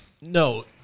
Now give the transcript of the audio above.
no